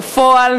בפועל,